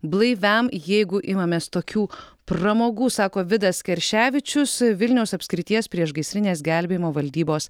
blaiviam jeigu imamės tokių pramogų sako vidas kerševičius vilniaus apskrities priešgaisrinės gelbėjimo valdybos